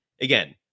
Again